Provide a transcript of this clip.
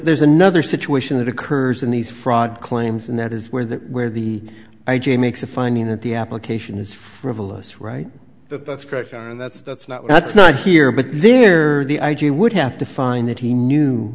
there's another situation that occurs in these fraud claims and that is where the where the i g makes a finding that the application is frivolous right that that's correct and that's that's not that's not here but there are the i g would have to find that he knew